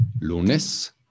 lunes